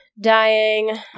dying